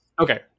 Okay